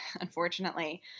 unfortunately